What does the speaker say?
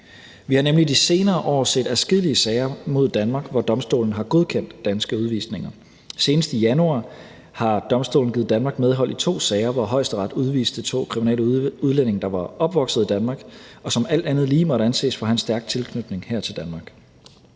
Vi har nemlig de senere år set adskillige sager mod Danmark, hvor domstolen har godkendt danske udvisninger. Senest i januar har domstolen givet Danmark medhold i to sager, hvor Højesteret udviste to kriminelle udlændinge, der var opvokset i Danmark, og som alt andet lige måtte anses for at have en stærk tilknytning her til Danmark.